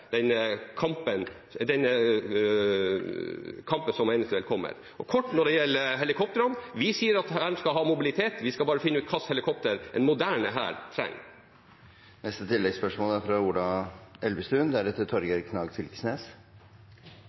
kampen som eventuelt kommer. Kort når det gjelder helikoptrene: Vi sier at Hæren skal ha mobilitet – vi skal bare finne ut hva slags helikopter en moderne hær trenger.